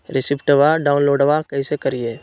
रेसिप्टबा डाउनलोडबा कैसे करिए?